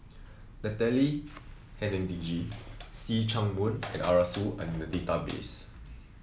Natalie Hennedige See Chak Mun and Arasu are in the database